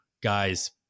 guys